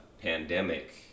pandemic